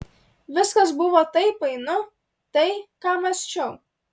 viskas buvo taip painu tai ką mąsčiau